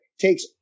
takes